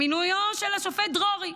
מינויו של השופט דרורי.